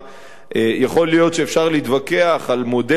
יכול להיות שאפשר להתווכח על מודל מסוים,